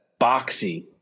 boxy